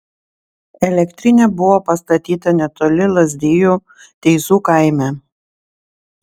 elektrinė buvo pastatyta netoli lazdijų teizų kaime